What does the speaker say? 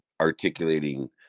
articulating